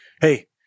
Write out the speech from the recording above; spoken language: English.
hey